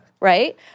right